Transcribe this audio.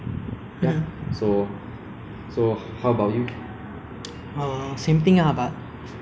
because right now right like you can only buy B_T_O if you get married or you're single and above thirty five years old